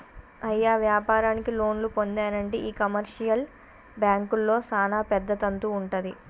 అయ్య వ్యాపారానికి లోన్లు పొందానంటే ఈ కమర్షియల్ బాంకుల్లో సానా పెద్ద తంతు వుంటది